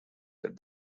that